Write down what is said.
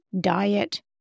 diet